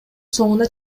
соңуна